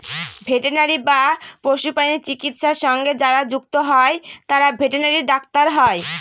veterinary বা পশুপ্রাণী চিকিৎসা সঙ্গে যারা যুক্ত হয় তারা ভেটেনারি ডাক্তার হয়